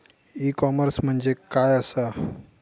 E commerce म्हणजे काय असा?